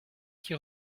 qui